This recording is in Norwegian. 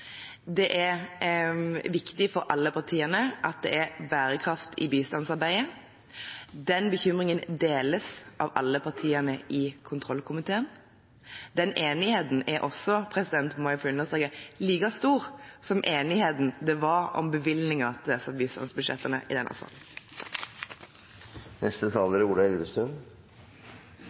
at det er bærekraft i bistandsarbeidet. Den bekymringen deles av alle partiene i kontrollkomiteen. Den enigheten er også – jeg må få understreke det – like stor som enigheten i denne salen om bevilgningene til disse bistandsbudsjettene. Bistand til antikorrupsjon og godt styresett er